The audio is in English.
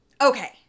Okay